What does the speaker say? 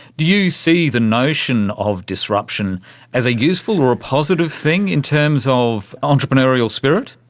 do you see the notion of disruption as a useful or a positive thing in terms of entrepreneurial spirit?